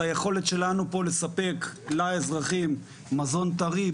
זה היכולת שלנו פה לספק לאזרחים מזון טרי,